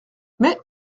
mais